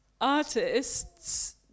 artists